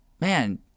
Man